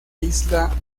isla